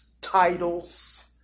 titles